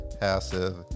passive